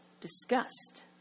disgust